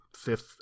fifth